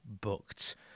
booked